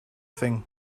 thing